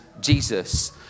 Jesus